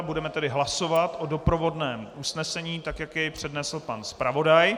Budeme tedy hlasovat o doprovodném usnesením tak, jak jej přednesl pan zpravodaj.